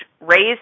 raised